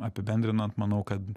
apibendrinant manau kad